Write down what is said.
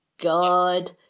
god